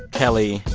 kelly,